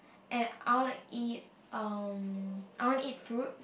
and I want to eat um I want to eat fruit